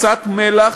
קצת מלח,